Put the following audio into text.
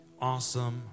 awesome